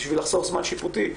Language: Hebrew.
בשביל לחסוך זמן שיפוטי,